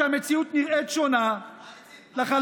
כשהמציאות נראית שונה לחלוטין,